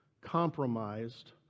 compromised